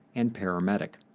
and paramedic.